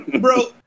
Bro